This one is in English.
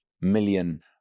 million